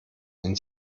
wenn